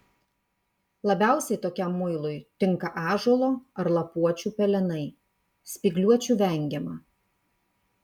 labiausiai tokiam muilui tinka ąžuolo ar lapuočių pelenai spygliuočių vengiama